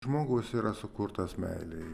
žmogus yra sukurtas meilei